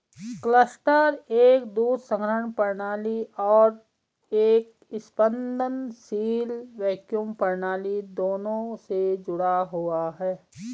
cluster एक दूध संग्रह प्रणाली और एक स्पंदनशील वैक्यूम प्रणाली दोनों से जुड़ा हुआ है